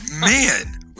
man